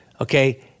Okay